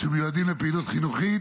שמיועדים לפעילות חינוכית,